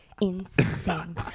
insane